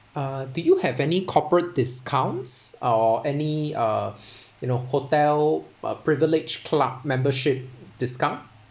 uh did you have any corporate discounts or any uh you know hotel uh privilege club membership discount